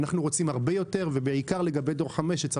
אנחנו רוצים הרבה יותר ובעיקר לגבי דור 5 שאנחנו